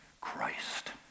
Christ